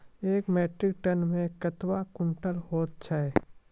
एक metric tonne मे कतवा क्वींटल हैत छै?